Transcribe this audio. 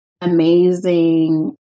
amazing